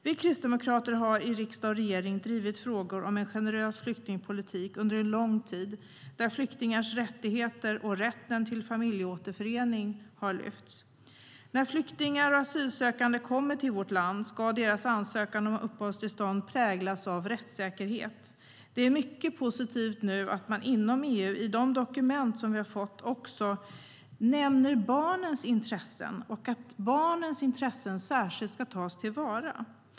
Vi kristdemokrater har i riksdag och regering under en lång tid drivit frågor om en generös flyktingpolitik, där flyktingars rättigheter och rätten till familjeåterförening har lyfts fram. När flyktingar och asylsökande kommer till vårt land ska deras ansökan om uppehållstillstånd präglas av rättssäkerhet. Det är mycket positivt att man nu inom EU i de dokument som vi har fått också nämner barnens intressen och att de särskilt ska tas till vara.